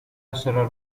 essere